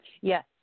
Yes